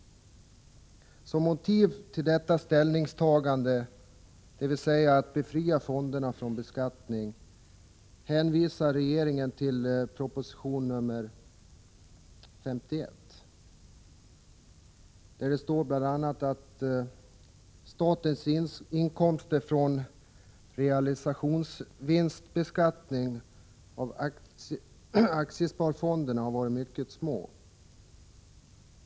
Som motiv till detta ställningstagande, dvs. att befria fonderna från beskattning, hänvisar regeringen till proposition 51. Där står det bl.a. att statens inkomster från realisationsvinstbeskattning av aktiesparfonderna har varit mycket små.